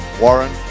Warren